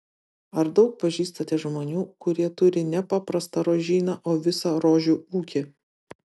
ar daug pažįstate žmonių kurie turi ne paprastą rožyną o visą rožių ūkį